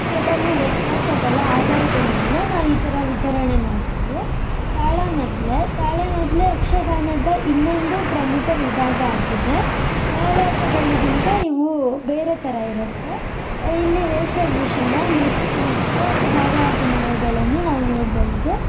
ಕೆಲವು ವ್ಯತ್ಯಾಸಗಳ ಆಧಾರದ ಮೇಲೆ ನಾವೀಥರ ವಿತರಣೆ ಮಾಡ್ತೀವಿ ತಾಳಮದ್ದಲೆ ತಾಳಮದ್ದಲೆ ಯಕ್ಷಗಾನದ ಇನ್ನೊಂದು ಪ್ರಮುಖ ವಿಭಾಗ ಆಗಿದೆ ಬಯಲಾಟಗಳಿಗಿಂತ ಇವು ಬೇರೆ ಥರ ಇರುತ್ತೆ ಇಲ್ಲಿ ವೇಷಭೂಷಣ ನೃತ್ಯ ಮತ್ತು ಭಾವಾಭಿನಯಗಳನ್ನು ನಾವು ನೋಡಬಹುದು